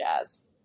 jazz